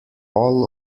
all